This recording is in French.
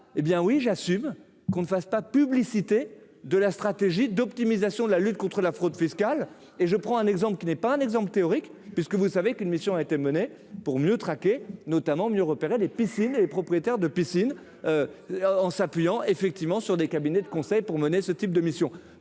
hé bien oui j'assume qu'on ne fasse pas publicité de la stratégie d'optimisation de la lutte contre la fraude fiscale et je prends un exemple qui n'est pas un exemple théorique puisque vous savez qu'une mission a été menée pour mieux traquer notamment mieux repérer les piscines et les propriétaires de piscines en s'appuyant effectivement sur des cabinets de conseils pour mener ce type de mission,